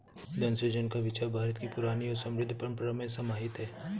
धन सृजन का विचार भारत की पुरानी और समृद्ध परम्परा में समाहित है